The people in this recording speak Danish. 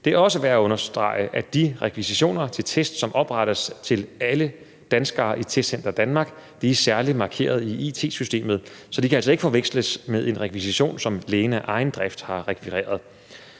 Det er også værd at understrege, at de rekvisitioner til test, som oprettes til alle danskere i Testcenter Danmark, er særligt markeret i it-systemet, så de altså ikke kan forveksles med en rekvisition, som lægen af egen drift har rekvireret.